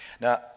Now